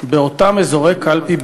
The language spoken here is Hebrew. באותם אזורי קלפי בלבד.